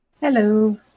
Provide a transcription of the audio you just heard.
hello